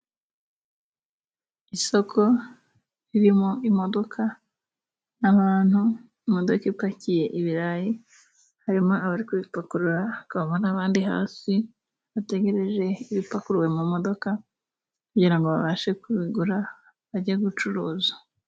Isoko ririmo imodoka n'abantu, imodoka ipakiye ibirayi harimo abari kubipakurura, hakabamo n'abandi hasi bategereje ibipakuruwe mu modoka kugira ngo babashe kugura bajye gucuruza.